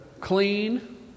clean